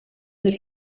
that